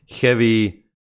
heavy